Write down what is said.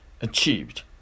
achieved